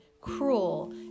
cruel